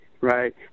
Right